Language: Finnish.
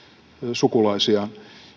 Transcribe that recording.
sukulaisiaan